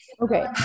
Okay